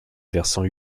versant